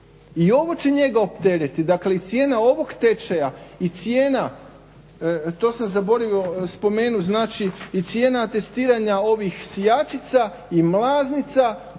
I ovo će njega opteretiti i cijena ovog tečaja i cijena to sam zaboravio spomenuti, znači i cijena testiranja ovih sijačica i mlaznica